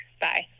bye